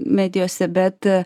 medijose bet